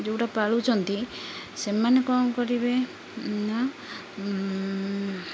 ଯେଉଁଟା ପାଳୁଛନ୍ତି ସେମାନେ କଣ କରିବେ